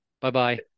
Bye-bye